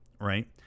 right